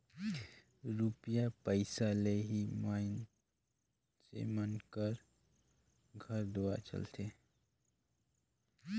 रूपिया पइसा ले ही मइनसे मन कर घर दुवार चलथे